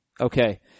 Okay